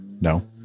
No